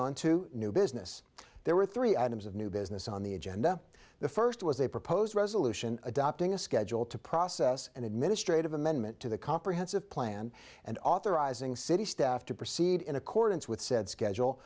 on to new business there were three items of new business on the agenda the first was a proposed resolution adopting a schedule to process an administrative amendment to the comprehensive plan and authorizing city staff to proceed in accordance with said schedule